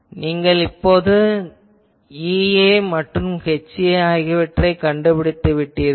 அதாவது இப்போது நீங்கள் EA மற்றும் HA ஆகியவற்றைக் கண்டுபிடித்துவிட்டீர்கள்